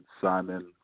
Simon